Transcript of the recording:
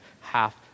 half